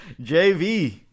JV